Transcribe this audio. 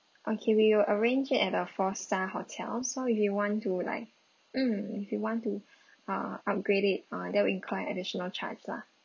okay we will arrange it at a four star hotel so you want to like mm if you want to uh upgrade it uh that will incur additional charge lah